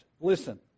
Listen